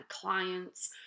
clients